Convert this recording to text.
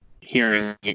hearing